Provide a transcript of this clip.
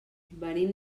venim